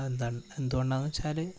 അതെന്താണ് എന്തുകൊണ്ടാണെന്ന് വെച്ചാല്